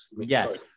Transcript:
Yes